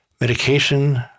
medication